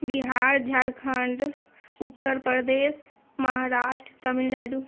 Bihar Jharkhand Uttar Pradesh Maharashtra Tamil Nadu